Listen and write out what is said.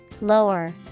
Lower